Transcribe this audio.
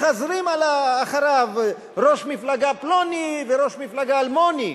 מחזרים אחריו ראש מפלגה פלוני וראש מפלגה אלמוני,